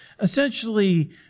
essentially